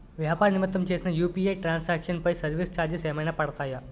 వ్యాపార నిమిత్తం చేసిన యు.పి.ఐ ట్రాన్ సాంక్షన్ పై సర్వీస్ చార్జెస్ ఏమైనా పడతాయా?